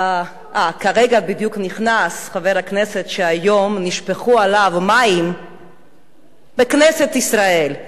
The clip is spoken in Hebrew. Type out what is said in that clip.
כרגע בדיוק נכנס חבר הכנסת שהיום נשפכו עליו מים בכנסת ישראל.